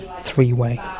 three-way